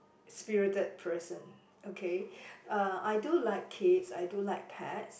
spirited person okay uh I do like kids I do like pets